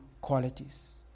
qualities